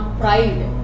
pride